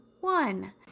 one